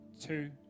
Two